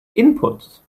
inputs